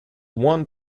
one